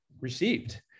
received